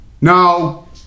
No